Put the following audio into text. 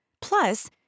Plus